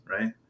right